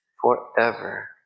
forever